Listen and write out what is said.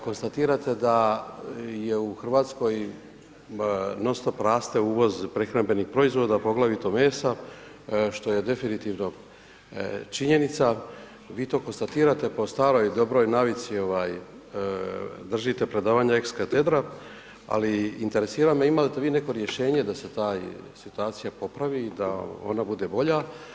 Konstatirate da je u Hrvatskoj non stop raste uvoz prehrambenih proizvoda, poglavito mesa što je definitivno činjenica, vi to konstatirate po staroj dobroj navici, držite predavanje ex katedra, ali interesira me imate li neko rješenje da se ta situacija popravi i da ona bude bolja?